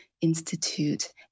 institute